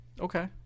okay